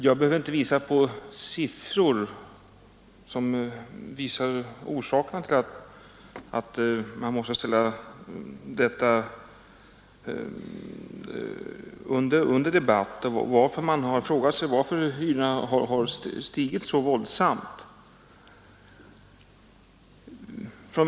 Jag behöver här inte ange några siffror som visar orsakerna till att hyresutvecklingen har ställts under debatt och varför hyrorna har stigit så våldsamt som fallet varit.